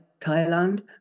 Thailand